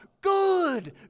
good